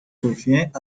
revient